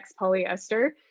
polyester